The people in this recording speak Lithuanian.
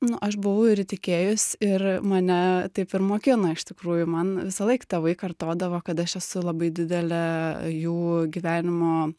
nu aš buvau ir įtikėjus ir mane taip ir mokino iš tikrųjų man visąlaik tėvai kartodavo kad aš esu labai didelė jų gyvenimo